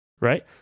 Right